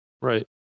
Right